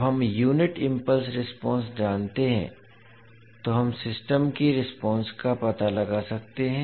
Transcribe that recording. जब हम unit impulse response जानते हैं तो हम सिस्टम की रेस्पोंस का पता लगा सकते हैं